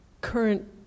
current